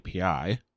API